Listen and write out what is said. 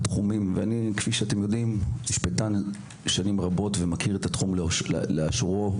אני משפטן שנים רבות ומכיר את התחום לאשורו,